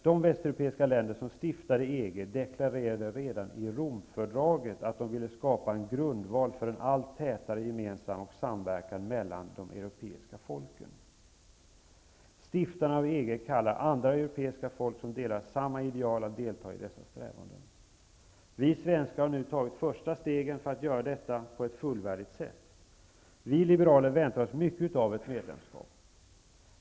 De västeuropeiska länder som stiftade EG deklarerade redan i Romfördraget att de ville skapa en grundval för en allt tätare gemenskap och samverkan mellan de europeiska folken. Stiftarna av EG kallar andra europeiska folk som delar samma ideal att delta i dessa strävanden. Vi svenskar har nu tagit första stegen för att göra detta på ett fullvärdigt sätt. Vi liberaler väntar oss mycket av ett medlemskap.